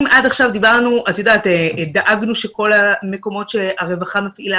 אם עד עכשיו דיברנו ודאגנו לכל המקומות שהרווחה מפעילה